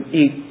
eat